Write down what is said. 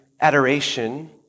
adoration